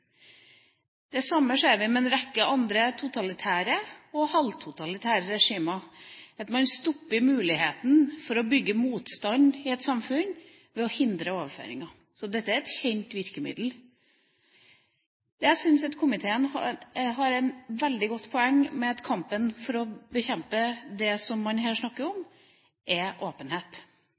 Det samme ser vi i en rekke andre totalitære og halvtotalitære regimer, man stopper muligheten for å bygge motstand i et samfunn ved å hindre overføringer. Så dette er et kjent virkemiddel. Jeg syns at komiteen har et veldig godt poeng med at kampen for å bekjempe det som man her snakker om, er åpenhet.